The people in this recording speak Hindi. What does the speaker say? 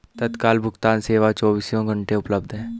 तत्काल भुगतान सेवा चोबीसों घंटे उपलब्ध है